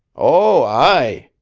oh, aye,